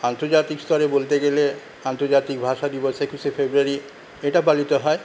আন্তর্জাতিক স্তরে বলতে গেলে আন্তর্জাতিক ভাষা দিবস একুশে ফেব্রুয়ারি এটা পালিত হয়